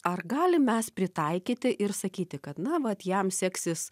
ar galim mes pritaikyti ir sakyti kad na vat jam seksis